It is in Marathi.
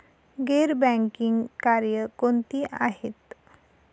गैर बँकिंग कार्य कोणती आहेत?